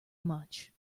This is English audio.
much